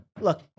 look